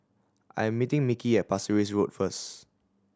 I am meeting Mickey at Pasir Ris Road first